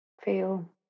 feel